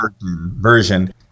version